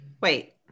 Wait